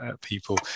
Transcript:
people